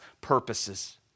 purposes